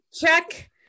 check